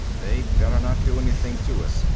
they better not do anything to us!